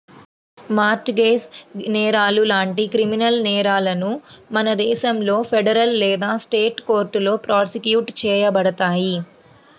mart gauge నేరాలు లాంటి criminal నేరాలను మన దేశంలో ఫెడరల్ లేదా స్టేట్ కోర్టులో ప్రాసిక్యూట్ చేయబడతాయి